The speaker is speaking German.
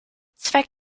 zweck